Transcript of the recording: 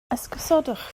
esgusodwch